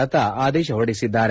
ಲತಾ ಆದೇಶ ಹೊರಡಿಸಿದ್ದಾರೆ